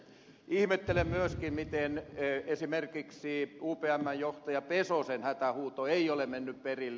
ihmettelen myöskin miten esimerkiksi upmn johtaja pesosen hätähuuto ei ole mennyt perille